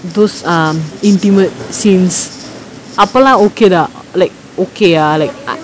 those err mm intimate scenes அபோலா:apolaa okay lah like okay ah like